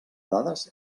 dades